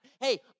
Hey